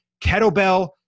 kettlebell